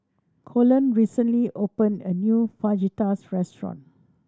Colon recently opened a new Fajitas restaurant